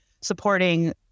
supporting